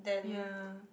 ya